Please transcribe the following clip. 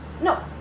no